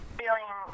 feeling